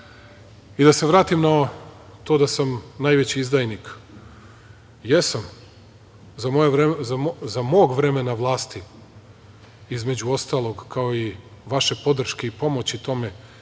se vratim na to da sam najveći izdajnik. Jesam, za mog vremena vlasti, između ostalog, kao i vaše podrške i pomoći tome,